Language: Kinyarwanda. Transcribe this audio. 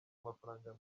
amafaranga